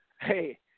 hey